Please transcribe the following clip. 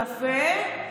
יפה.